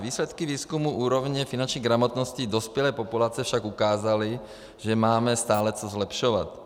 Výsledky výzkumu úrovně finanční gramotnosti dospělé populace však ukázaly, že máme stále co zlepšovat.